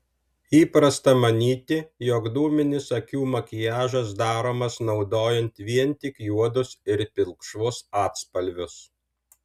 įprasta manyti jog dūminis akių makiažas daromas naudojant vien tik juodus ir pilkšvus atspalvius